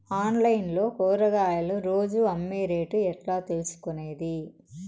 Online లో కూరగాయలు రోజు అమ్మే రేటు ఎట్లా తెలుసుకొనేది?